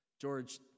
George